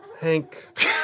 Hank